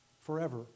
forever